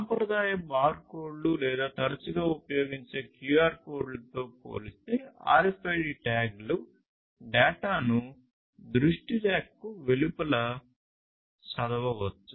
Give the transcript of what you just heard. సాంప్రదాయ బార్ కోడ్లు లేదా తరచుగా ఉపయోగించే QR కోడ్లతో పోలిస్తే RFID ట్యాగ్ డేటాను దృష్టి రేఖకు వెలుపల చదవవచ్చు